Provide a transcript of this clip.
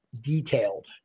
detailed